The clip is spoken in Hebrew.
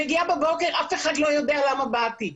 אני מגיעה בבוקר ואף אחד לא יודע למה באתי.